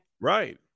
Right